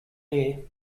air